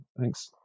Thanks